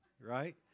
right